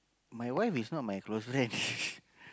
my wife is not my close friend